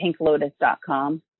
PinkLotus.com